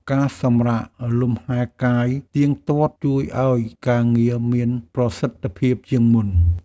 ការសម្រាកលំហែកាយទៀងទាត់ ជួយឱ្យការងារមានប្រសិទ្ធភាពជាងមុន។